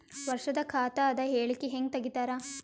ವರ್ಷದ ಖಾತ ಅದ ಹೇಳಿಕಿ ಹೆಂಗ ತೆಗಿತಾರ?